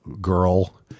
girl